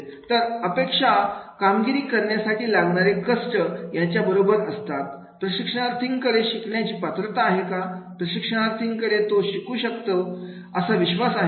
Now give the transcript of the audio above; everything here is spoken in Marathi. तर अपेक्षा कामगिरी करण्यासाठी लागणारे कष्ट यांच्या बरोबर असतात प्रशिक्षणार्थी कडे शिकण्याची पात्रता आहे का प्रशिक्षणार्थी कडे तो किँवा ती शिकू शकेल असा विश्वास आहे का